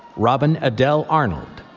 robin adelle arnold,